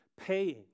paying